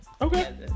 Okay